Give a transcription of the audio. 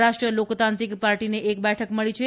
રાષ્ટ્રીય લોકતાંત્રિક પાર્ટીને એક બેઠક મળી છે